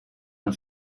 man